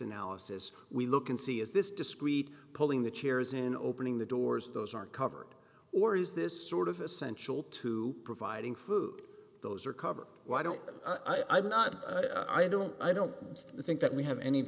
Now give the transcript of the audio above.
analysis we look and see is this discreet pulling the chairs in opening the doors those are covered or is this sort of essential to providing food those are covered why don't they i do not i don't i don't think that we have any